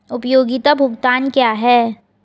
उपयोगिता भुगतान क्या हैं?